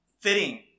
fitting